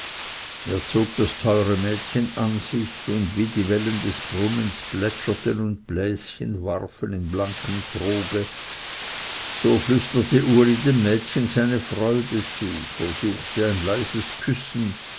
er zog das teure mädchen an sich und wie die wellen des brunnens plätscherten und bläschen warfen in blankem troge so flüsterte uli dem mädchen seine freude zu versuchte ein leises küssen